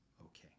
okay